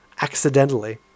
accidentally